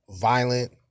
Violent